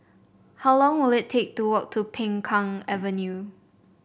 how long will it take to walk to Peng Kang Avenue